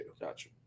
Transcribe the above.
Gotcha